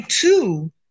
two